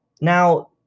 now